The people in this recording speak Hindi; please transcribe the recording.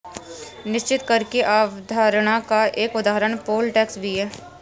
निश्चित कर की अवधारणा का एक उदाहरण पोल टैक्स भी है